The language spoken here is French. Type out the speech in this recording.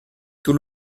tout